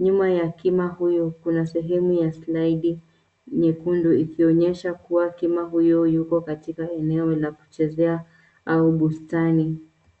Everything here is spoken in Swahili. Nyuma ya kima huyu kuna sehemu ya slide nyekundu ikionyesha kuwa kima huyu yuko katika eneo la kuchezea au bustani.